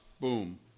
boom